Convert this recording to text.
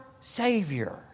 Savior